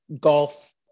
golf